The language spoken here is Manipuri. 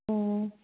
ꯑꯣ